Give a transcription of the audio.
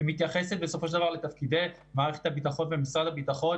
היא מתייחסת בסופו של דבר לתפקידי מערכת הביטחון ומשרד הביטחון,